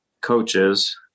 coaches